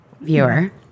viewer